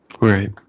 Right